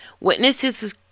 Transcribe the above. Witnesses